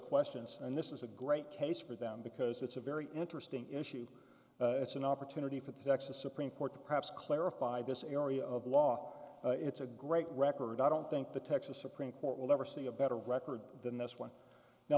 questions and this is a great case for them because it's a very interesting issue it's an opportunity for the texas supreme court to perhaps clarify this area of law it's a great record i don't think the texas supreme court will ever see a better record than this one now